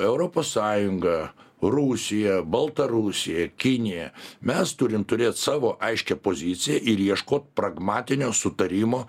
europos sąjunga rusija baltarusija kinija mes turim turėt savo aiškią poziciją ir ieškot pragmatinio sutarimo